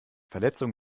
verletzung